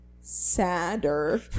sadder